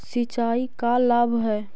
सिंचाई का लाभ है?